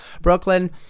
Brooklyn